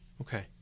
Okay